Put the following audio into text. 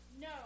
No